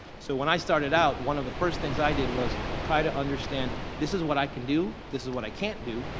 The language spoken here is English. so, when i started out one of the first things i did was try and understand, this is what i can do, this is what i can't do.